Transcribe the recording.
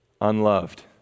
unloved